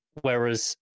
whereas